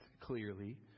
clearly